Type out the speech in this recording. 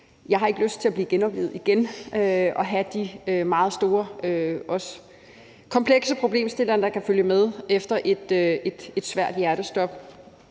Jeg har ikke lyst til at blive genoplivet igen og have de meget store og komplekse problemstillinger, der kan følge med efter et svært hjertestop.